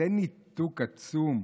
כזה ניתוק עצום.